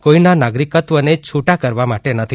કોઇના નાગરિકત્વને છૂટા કરવા માટે નથી